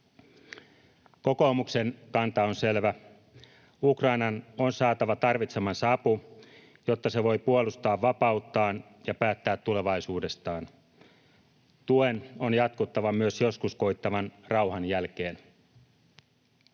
Kokoomuksen kanta on selvä: Ukrainan on saatava tarvitsemansa apu, jotta se voi puolustaa vapauttaan ja päättää tulevaisuudestaan. Tuen on jatkuttava myös joskus koittavan rauhan jälkeen.